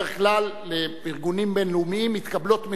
בדרך כלל, לארגונים בין-לאומיים מתקבלות מדינות.